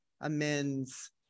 amends